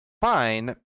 fine